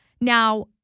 Now